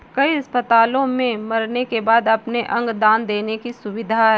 कई अस्पतालों में मरने के बाद अपने अंग दान देने की सुविधा है